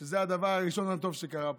שזה הדבר הטוב הראשון שקרה פה.